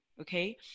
Okay